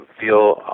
feel